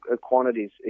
quantities